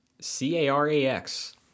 C-A-R-A-X